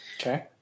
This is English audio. okay